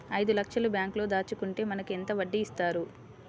ఐదు లక్షల బ్యాంక్లో దాచుకుంటే మనకు ఎంత వడ్డీ ఇస్తారు?